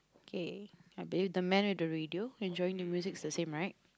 kay I bet you the man with the radio enjoying the music is the same right